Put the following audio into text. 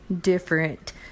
different